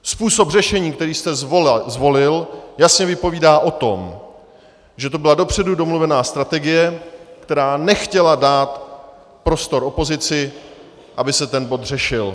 Způsob řešení, který jste zvolil, jasně vypovídá o tom, že to byla dopředu domluvená strategie, která nechtěla dát prostor opozici, aby se ten bod řešil.